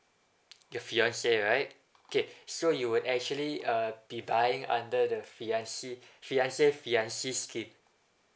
your fiancé right okay so you would actually uh be buying under the fiancée fiancé fiancée scheme